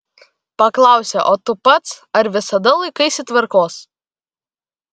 paklausę o tu pats ar visada laikaisi tvarkos